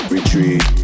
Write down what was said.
Retreat